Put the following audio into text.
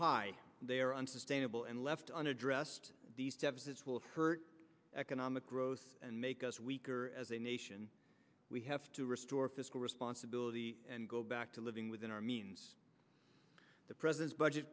high they are unsustainable and left unaddressed these deficits will hurt economic growth and make us weaker as a nation we have to restore fiscal responsibility and go back to living within our means the president's budget